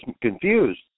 confused